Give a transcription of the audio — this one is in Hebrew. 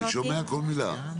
אני שומע כל מילה.